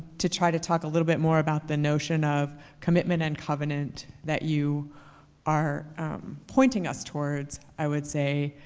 to try to talk a little bit more about the notion of commitment and covenant that you are pointing us towards. i would say,